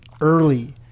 early